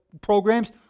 programs